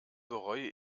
bereue